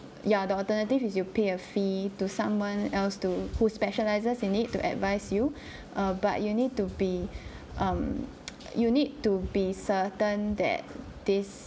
ya the alternative is you pay a fee to someone else to who specialises in it to advise you err but you need to be um you need to be certain that this